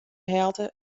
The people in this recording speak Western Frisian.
helte